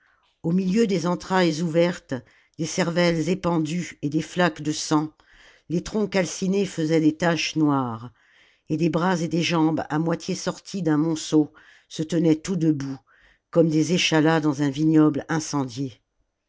au milieu des entrailles ouvertes des cervelles épandues et des flaques de sang les troncs calcinés faisaient des taches noireè et des bras et des jambes à moitié sortis d'un monceau se tenaient tout debout comme des échalas dans un vignoble incendié